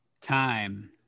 Time